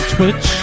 Twitch